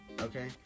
okay